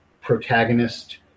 protagonist